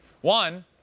One